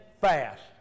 fast